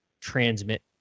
transmit